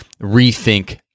rethink